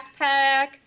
backpack